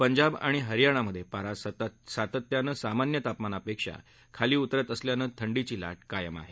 पंजाब आणि हरयाणामध्ये पारा सातत्यानं सामान्य तापमानापेक्षा खाली उतरत असल्यानं थंडीची ला कायम आहे